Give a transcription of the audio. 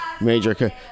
major